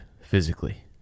physically